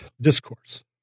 discourse